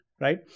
right